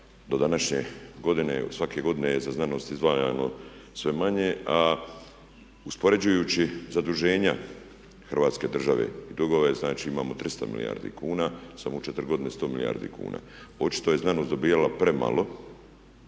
svake godine je za znanost izdvajano sve manje, a uspoređujući zaduženja Hrvatske države, dugove, znači imamo 300 milijardi kuna. Samo u 4 godine 100 milijardi kuna. Očito je znanost dobivala premalo